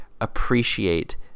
appreciate